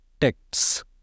texts